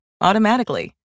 automatically